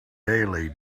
daily